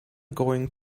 going